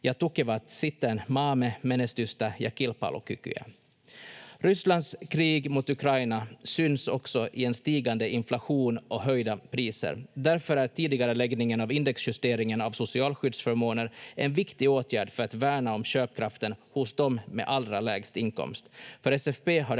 Rysslands krig mot Ukraina syns också i en stigande inflation och höjda priser. Därför är tidigareläggningen av indexjusteringen av socialskyddsförmåner en viktig åtgärd för att värna om köpkraften hos de med allra lägst inkomst. För SFP har det